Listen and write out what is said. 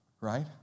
Right